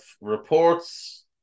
Reports